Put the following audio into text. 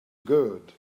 good